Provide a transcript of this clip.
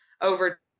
over